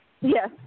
Yes